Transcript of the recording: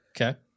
Okay